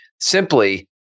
Simply